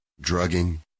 drugging